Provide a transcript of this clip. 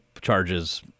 charges